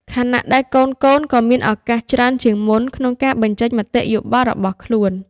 ខណៈដែលកូនៗក៏មានឱកាសច្រើនជាងមុនក្នុងការបញ្ចេញមតិយោបល់របស់ខ្លួន។